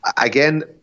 Again